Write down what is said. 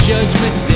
Judgment